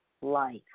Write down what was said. life